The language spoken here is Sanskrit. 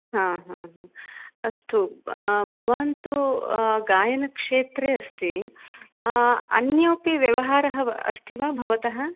हा हा हा अस्तु भवान् तु गायनक्षेत्रे अस्ति अन्योपि व्यवहारः अस्ति वा भवतः